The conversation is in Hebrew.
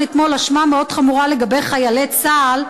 אתמול האשמה מאוד חמורה לגבי חיילי צה"ל.